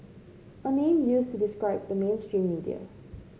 a name used to describe the mainstream media